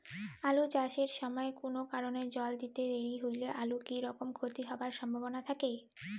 আলু চাষ এর সময় কুনো কারণে জল দিতে দেরি হইলে আলুর কি রকম ক্ষতি হবার সম্ভবনা থাকে?